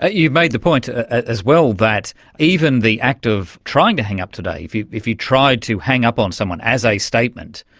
ah you made the point as well that even the act of trying to hang up today, if you if you try to hang up on someone as a statement,